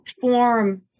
form